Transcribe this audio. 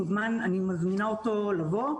אני מזמינה אותו לבוא,